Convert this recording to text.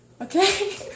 okay